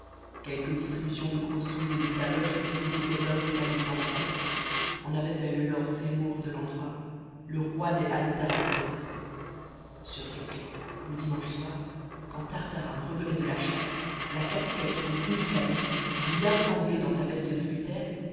quelques distributions de gros sous et de taloches aux petits décrotteurs étalés devant sa porte en avaient fait le lord seymour de l'endroit le roi des halles tarasconnaises sur les quais le dimanche soir quand tartarin revenait de la chasse la casquette an bout du canon bien sanglé dans sa veste de